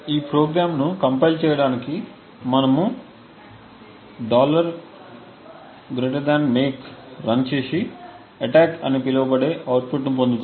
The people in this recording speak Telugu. ఈ ప్రోగ్రామ్ను కంపైల్చేయడానికి మనము make రన్చేసి అటాక్ అని పిలువబడే అవుట్పుట్ను పొందుతాము